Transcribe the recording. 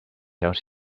out